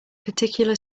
particular